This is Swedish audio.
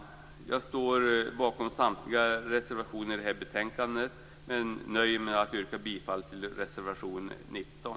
Jag står bakom samtliga reservationer i det här betänkandet men nöjer mig med att yrka bifall till reservation 19.